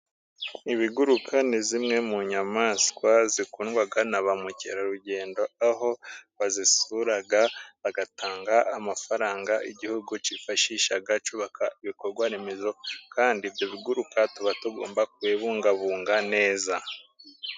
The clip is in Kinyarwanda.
Ibiguruka ni zimwe mu nyamaswa zikundwa na ba mukerarugendo, aho bazisura, bagatanga amafaranga igihugu cyifashisha cyubaka ibikorwaremezo, kandi ibyo biguruka tuba tugomba kubibungabunga neza.